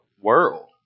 world